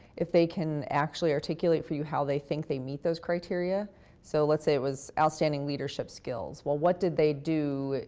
if they can actually articulate for you how they think they meet those criteria so let's say it was outstanding leadership skills. well, what did they do?